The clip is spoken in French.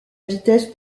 vitesse